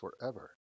forever